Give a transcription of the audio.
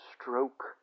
stroke